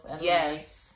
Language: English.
Yes